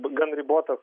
gan ribotas